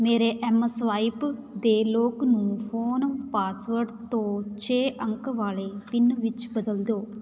ਮੇਰੇ ਐੱਮਸਵਾਇਪ ਦੇ ਲੌਕ ਨੂੰ ਫ਼ੋਨ ਪਾਸਵਰਡ ਤੋਂ ਛੇ ਅੰਕ ਵਾਲੇ ਪਿੰਨ ਵਿੱਚ ਬਦਲ ਦਿਉ